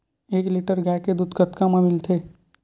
एक लीटर गाय के दुध कतका म मिलथे?